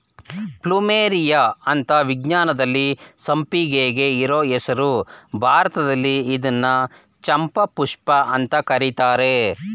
plumeria ಅಂತ ವಿಜ್ಞಾನದಲ್ಲಿ ಸಂಪಿಗೆಗೆ ಇರೋ ಹೆಸ್ರು ಭಾರತದಲ್ಲಿ ಇದ್ನ ಚಂಪಾಪುಷ್ಪ ಅಂತ ಕರೀತರೆ